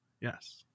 Yes